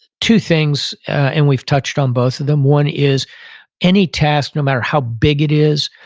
two things, and we've touched on both of them. one is any task, no matter how big it is,